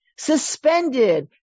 Suspended